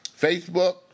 Facebook